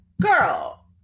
Girl